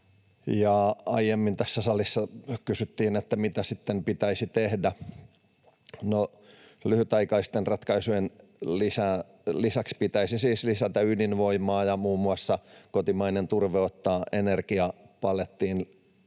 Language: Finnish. Aiemmin tässä salissa kysyttiin, mitä sitten pitäisi tehdä. No, lyhytaikaisten ratkaisujen lisäksi pitäisi siis lisätä ydinvoimaa ja muun muassa kotimainen turve ottaa energiapalettiin